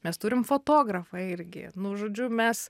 mes turim fotografą irgi nu žodžiu mes